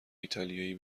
ایتالیایی